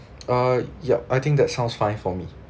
uh ya I think that sounds fine for me